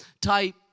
type